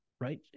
right